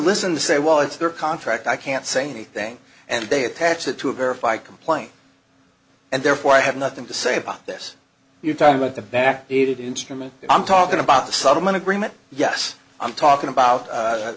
listened to say well it's their contract i can't say anything and they attach it to a verify complaint and therefore i have nothing to say about this you're talking about the back needed instrument i'm talking about the supplement agreement yes i'm talking about